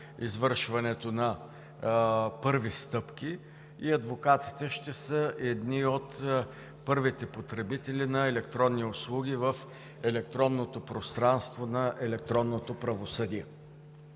извършването на първите стъпки и адвокатите ще са едни от първите потребители на електронни услуги в електронното пространство на електронното правосъдие.